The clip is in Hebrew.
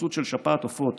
התפרצות של שפעת עופות,